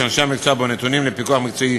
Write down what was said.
שאנשי המקצוע בו נתונים לפיקוח מקצועי